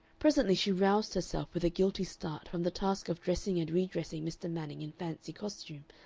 presently she roused herself with a guilty start from the task of dressing and re-dressing mr. manning in fancy costume,